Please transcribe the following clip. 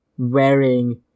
wearing